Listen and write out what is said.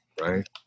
right